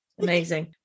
Amazing